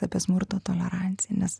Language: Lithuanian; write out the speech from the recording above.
apie smurto toleranciją nes